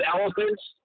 elephants